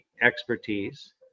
expertise